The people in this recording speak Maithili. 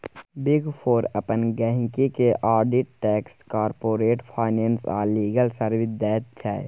बिग फोर अपन गहिंकी केँ आडिट टैक्स, कारपोरेट फाइनेंस आ लीगल सर्विस दैत छै